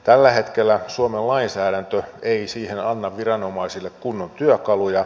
tällä hetkellä suomen lainsäädäntö ei siihen anna viranomaisille kunnon työkaluja